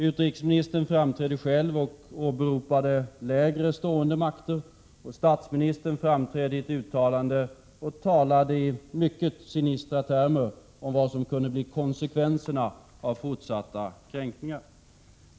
Utrikesministern framträdde själv och åberopade lägre stående makter, och statsministern framträdde och talade i mycket sinistra termer om vad som kunde bli konsekvenserna av fortsatta kränkningar.